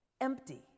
empty